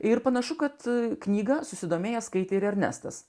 ir panašu kad knygą susidomėjęs skaitė ir ernestas